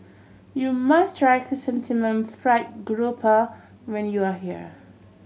you must try Chrysanthemum Fried Grouper when you are here